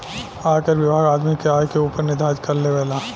आयकर विभाग आदमी के आय के ऊपर निर्धारित कर लेबेला